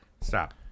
Stop